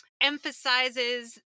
emphasizes